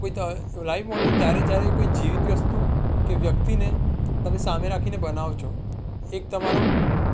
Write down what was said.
કોઈ live model ત્યારે જ્યારે કોઈ જીવિત વસ્તુ કે વ્યક્તિને તમે સામે રાખીને બનાવો છો એક તમારો